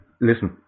listen